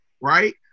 right